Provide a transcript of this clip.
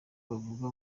bavuga